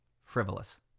frivolous